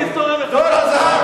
תכתבו את ההיסטוריה מחדש.